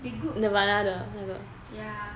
the good ya